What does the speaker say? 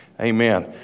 Amen